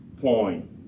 point